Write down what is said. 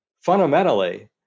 fundamentally